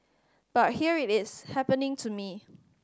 but here it is happening to me